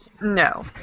No